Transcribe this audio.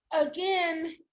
again